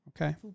Okay